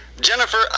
jennifer